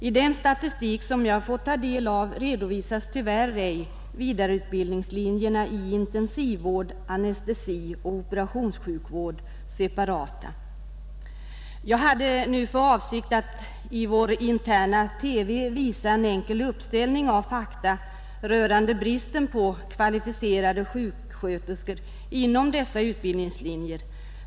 I den statistik som jag fått ta del av redovisas tyvärr ej vidareutbildningslinjerna i intensivvård, anestesi och operationssjukvård separat. Jag skall nu på kammarens interna TV söka visa en enkel uppställning av fakta rörande bristen på kvalificerade sjuksköterskor inom några utbildningslinjer.